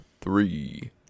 three